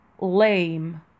lame